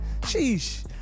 sheesh